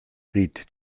riet